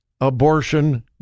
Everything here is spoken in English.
abortion